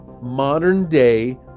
modern-day